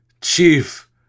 Chief